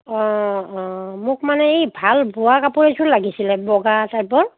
অ' অ' মোক মানে এই ভাল বোৱা কাপোৰ এযোৰ লাগিছিলে বগা টাইপৰ